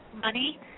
money